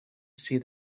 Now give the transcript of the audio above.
see